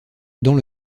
dans